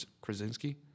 Krasinski